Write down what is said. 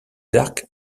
arcs